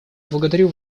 благодарю